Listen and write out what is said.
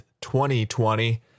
2020